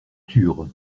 turent